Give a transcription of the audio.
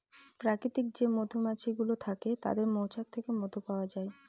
প্রাকৃতিক যে মধুমাছি গুলো থাকে তাদের মৌচাক থেকে মধু পাওয়া যায়